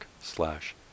slash